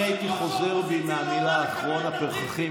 אני הייתי חוזר בי מהמילים "אחרון הפרחחים",